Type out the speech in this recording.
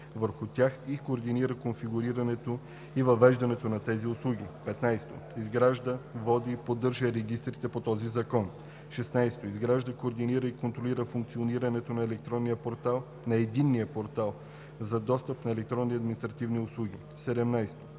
върху тях и координира конфигурирането и въвеждането на тези услуги; 15. изгражда, води и поддържа регистрите по този закон; 16. изгражда, координира и контролира функционирането на Единния портал за достъп до електронни административни услуги; 17.